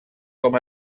com